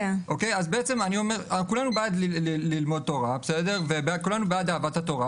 כולנו בעד לימוד תורה וכולנו בעד אהבת התורה.